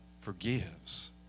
forgives